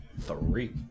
Three